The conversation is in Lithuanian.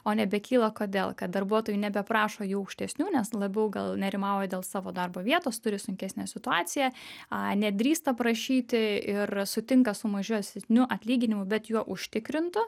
o nebekyla kodėl kad darbuotojai nebeprašo jų aukštesnių nes labiau gal nerimauja dėl savo darbo vietos turi sunkesnę situaciją a nedrįsta prašyti ir sutinka su mažesniu atlyginimu bet juo užtikrintu